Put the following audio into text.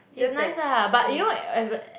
he's nice lah but you know